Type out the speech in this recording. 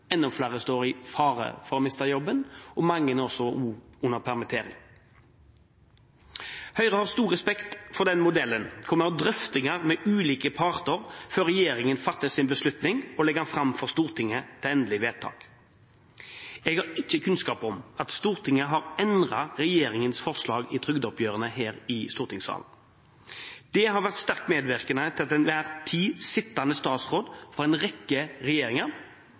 enda flere står i fare for å miste jobben, og mange er under permittering. Høyre har stor respekt for modellen der vi har drøftinger med ulike parter før regjeringen fatter sin beslutning og legger den fram for Stortinget til endelig vedtak. Jeg har ikke kunnskap om at Stortinget har endret regjeringens forslag i trygdeoppgjørene her i stortingssalen. Det har vært sterkt medvirkende til at den til enhver tid sittende statsråd fra en rekke regjeringer